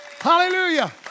Hallelujah